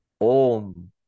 Om